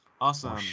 awesome